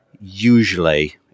usually